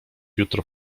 jutro